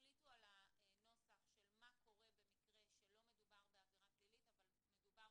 ותחליטו על הנוסח של מה קורה כשלא מדובר בעבירה פלילית אבל מדובר